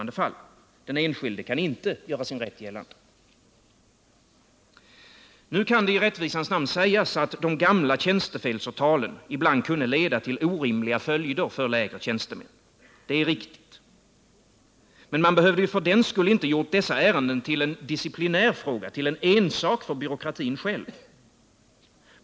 Den enskilde kan inte göra sin rätt gällande. Nu kan det i rättvisans namn sägas att de gamla tjänstefelsåtalen ibland kunde leda till orimliga följder för lägre tjänstemän. Det är riktigt. Men man behövde för den skull inte ha gjort dessa ärenden till en disciplinär fråga, till en ensak för byråkratin själv.